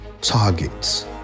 targets